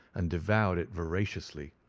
and devoured it voraciously.